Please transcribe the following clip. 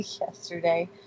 yesterday